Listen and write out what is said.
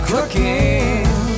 Cooking